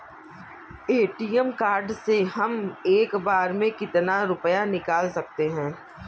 ATM card से हम एक बार में कितना रुपया निकाल सकते हैं?